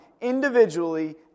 individually